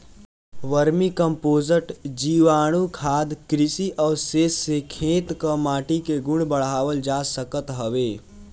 vermi compost, जीवाणुखाद, कृषि अवशेष से खेत कअ माटी के गुण बढ़ावल जा सकत हवे